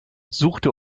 suchte